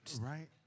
Right